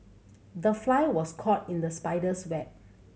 the fly was caught in the spider's web